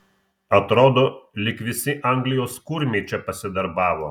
atrodo lyg visi anglijos kurmiai čia pasidarbavo